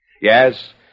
Yes